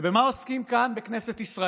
ובמה עוסקים כאן בכנסת?